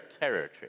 territory